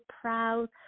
proud